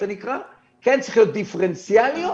הן צריכות להיות דיפרנציאליות,